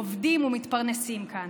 עובדים ומתפרנסים כאן.